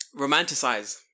Romanticize